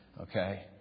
Okay